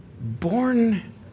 born